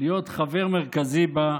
להיות חבר מרכזי בה,